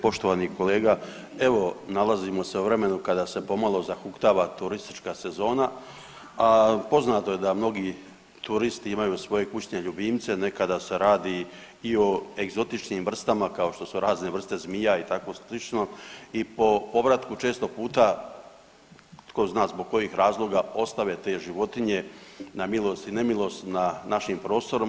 Poštovani kolega, evo nalazimo se u vremenu kada se pomalo zahuktava turistička sezona, a poznato je da mnogi turisti imaju svoje kućne ljubimce, nekada se radi i o egzotičnim vrstama kao što su razne vrste zmija i tako slično i po povratku često puta tko zna zbog kojih razloga ostave te životinje na milost i nemilost našim prostorima.